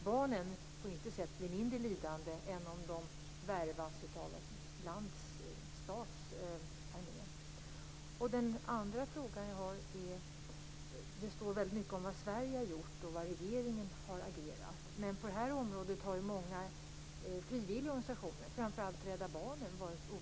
Barnen blir ju på intet sätt mindre lidande där än om de värvas av en stats armé. Det står väldigt mycket om vad Sverige har gjort och hur regeringen har agerat. Men på det här området har många frivilliga organisationer, framför allt Rädda Barnen, varit oerhört aktiva.